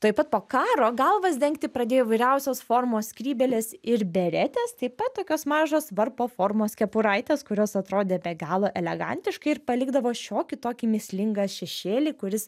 tuoj pat po karo galvas dengti pradėjo įvairiausios formos skrybėlės ir beretės taip pat tokios mažos varpo formos kepuraitės kurios atrodė be galo elegantiškai ir palikdavo šiokį tokį mįslingą šešėlį kuris